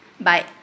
Bye